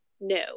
No